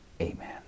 Amen